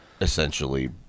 essentially